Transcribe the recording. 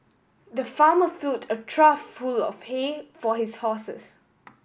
the farmer filled a trough full of hay for his horses